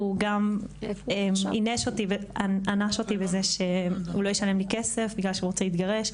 והוא גם העניש אותי בזה שהוא לא ישלם לי כסף בגלל שהוא רוצה להתגרש.